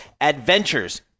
Adventures